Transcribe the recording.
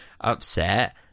upset